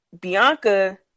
Bianca